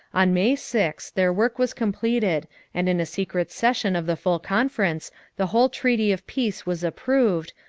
on may six, their work was completed and in a secret session of the full conference the whole treaty of peace was approved,